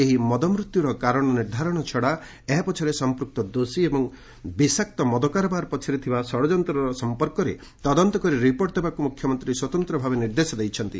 ଏହି ମଦମୃତ୍ୟୁର କାରଣ ନିର୍ଦ୍ଧାରଣ ଛଡ଼ା ଏହା ପଛରେ ସଂପୃକ୍ତ ଗୋଷୀ ଓ ବିଷାକ୍ତ ମଦ କାରବାର ପଛରେ ଥିବା ଷଡ଼ଯନ୍ତ୍ରର ସଂପର୍କରେ ତଦନ୍ତ କରି ରିପୋର୍ଟ ଦେବାକୁ ମୁଖ୍ୟମନ୍ତ୍ରୀ ସ୍ୱତନ୍ତ୍ର ଭାବେ ନିର୍ଦ୍ଦେଶ ଦେଇଛନ୍ତି